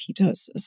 ketosis